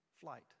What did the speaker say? flight